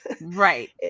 Right